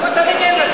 למה אתה מגן על זה?